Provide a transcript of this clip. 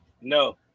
No